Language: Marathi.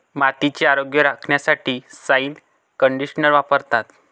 मातीचे आरोग्य राखण्यासाठी सॉइल कंडिशनर वापरतात